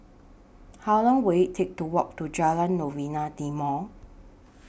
How Long Will IT Take to Walk to Jalan Novena Timor